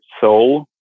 Soul